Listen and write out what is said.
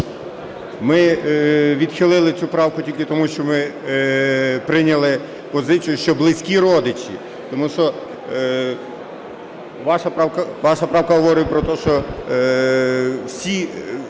Ми відхилили цю правку тільки тому, що ми прийняли позицію, що близькі родичі. Тому що вона правка говорить про те, що всі